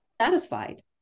satisfied